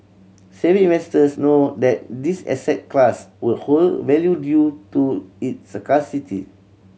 savvy investors know that this asset class will hold value due to its scarcity